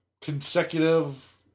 consecutive